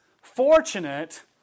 fortunate